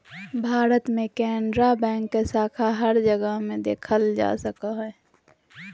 भारत मे केनरा बैंक के शाखा हर जगह मे देखल जा सको हय